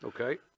Okay